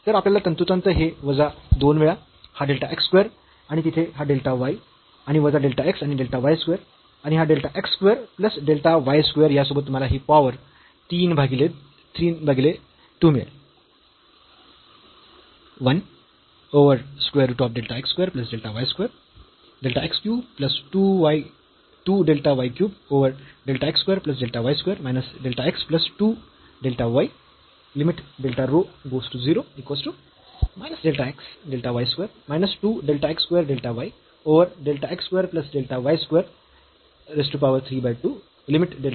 तर आपल्याला तंतोतंत हे वजा 2 वेळा हा डेल्टा x स्क्वेअर आणि तिथे हा डेल्टा y आणि वजा डेल्टा x आणि डेल्टा y स्क्वेअर आणि हा delta x square plus delta y square यासोबत तुम्हाला ही पॉवर 3 भागीले 2 मिळेल